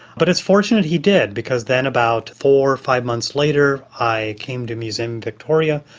but it's fortunate he did, because then about four or five months later i came to museum victoria,